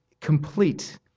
complete